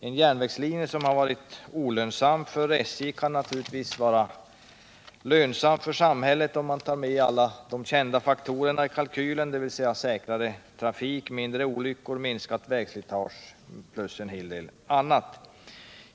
En järnvägslinje som varit olönsam för SJ kan naturligtvis vara lönsam för samhället, om man tar med alla de kända faktorerna i kalkylen, dvs. säkrare trafik, mindre olyckor, minskat vägslitage och en hel del annat.